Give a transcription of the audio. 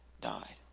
died